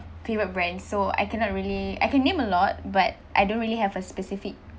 favourite brands so I cannot really I can name a lot but I don't really have a specific